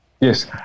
Yes